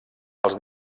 els